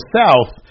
south